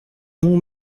mon